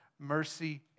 mercy